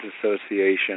Association